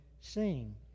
sing